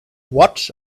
what